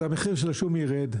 אז המחיר של השום ירד.